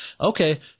Okay